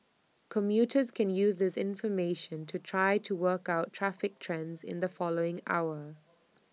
commuters can use this information to try to work out traffic trends in the following hour